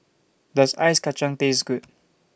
Does Ice Kachang Taste Good